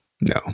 No